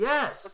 Yes